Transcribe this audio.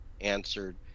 answered